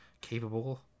capable